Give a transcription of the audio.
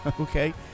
Okay